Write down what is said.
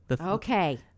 Okay